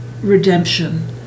redemption